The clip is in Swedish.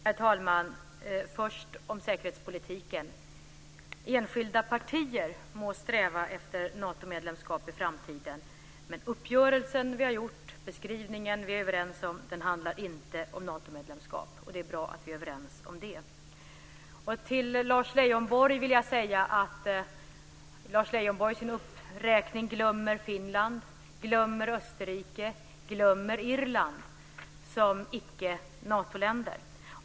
Herr talman! Jag ska först säga något om säkerhetspolitiken. Enskilda partier må sträva efter Natomedlemskap i framtiden. Men uppgörelsen som vi har gjort och beskrivningen som vi är överens om handlar inte om Natomedlemskap. Och det är bra att vi är överens om det. Till Lars Leijonborg vill jag säga att han i sin uppräkning glömmer Finland, Österrike och Irland som icke Natoländer.